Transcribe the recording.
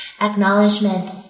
acknowledgement